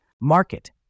Market